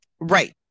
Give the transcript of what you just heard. Right